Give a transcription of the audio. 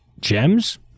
gems